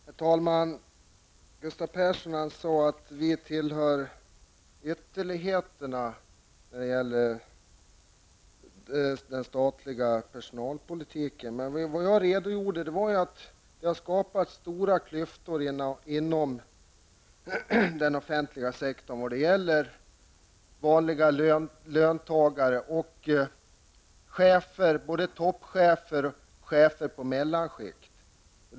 Herr talman! Gustav Persson sade att vi tillhör ytterligheterna när det gäller den statliga personalpolitiken. Men vad jag redogjorde för var ju att det har skapats stora klyftor inom den offentliga sektorn mellan vanliga löntagare och chefer, både toppchefer och chefer i mellanskiktet.